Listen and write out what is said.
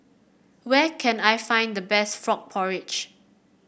where can I find the best Frog Porridge